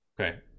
okay